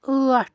ٲٹھ